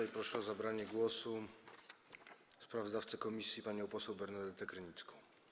I proszę o zabranie głosu sprawozdawcę komisji panią poseł Bernadetę Krynicką.